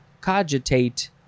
cogitate